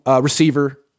receiver